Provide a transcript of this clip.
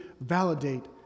validate